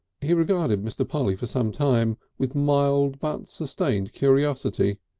he regarded mr. polly for some time with mild but sustained curiosity.